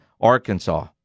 Arkansas